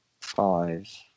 five